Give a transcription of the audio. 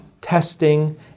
testing